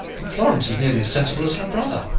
but florence is nearly as sensible as her brother.